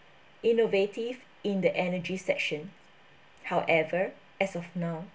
innovative in the energy section however as of now